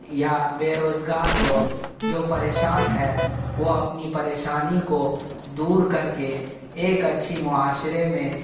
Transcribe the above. یا بے روزگار لوگ جو پریشان ہے وہ اپنی پریشانی کو دور کر کے ایک اچھی معاشرے میں